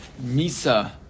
Misa